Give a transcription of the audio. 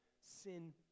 Sin